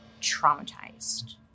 traumatized